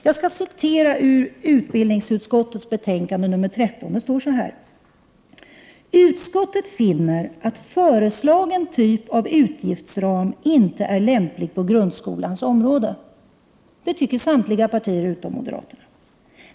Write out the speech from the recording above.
Jag skall citera ur utbildningsutskottets betänkande nr 13: ”Utskottet finner att föreslagen typ av utgiftsram inte är lämplig på grundskolans område.” Detta anser samtliga partier utom moderaterna.